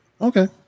Okay